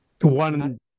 One